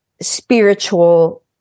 spiritual